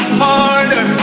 harder